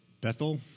Bethel